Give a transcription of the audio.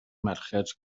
merched